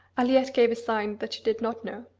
aliette gave a sign that she did not know.